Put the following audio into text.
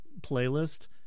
playlist